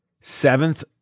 seventh